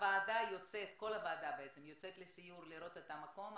כל הוועדה יוצאת לסיור לראות את המקום.